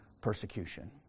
persecution